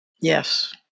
Yes